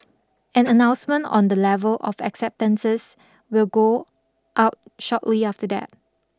an announcement on the level of acceptances will go out shortly after that